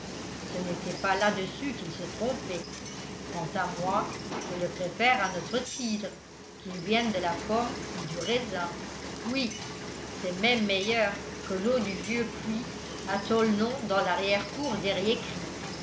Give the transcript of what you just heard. ce n'était pas là-dessus qu'ils se trompaient quant à moi je le préfère à notre cidre qu'il vienne de la pomme ou du raisin oui c'est même meilleur que l'eau du vieux puits à tollenon dans larrière cour